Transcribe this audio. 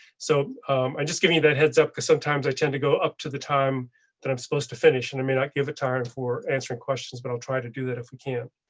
so i'm just giving you the heads up, cause sometimes i tend to go up to the time that i'm supposed to finish, and i may not give it time for answering questions, but i'll try to do that if we can.